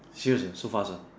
serious ah so fast ah